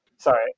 Sorry